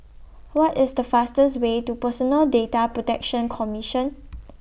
What IS The fastest Way to Personal Data Protection Commission